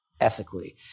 ethically